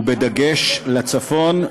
בדגש בצפון,